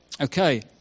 Okay